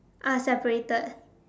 ah separated